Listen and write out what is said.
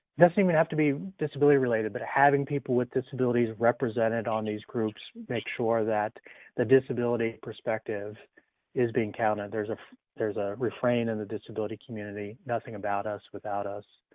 doesn't even have to be disability-related, but having people with disabilities represented on these groups makes sure that the disability perspective is being counted, there's ah there's a refrain in the disability community, nothing about us, without us,